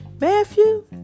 Matthew